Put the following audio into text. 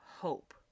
hope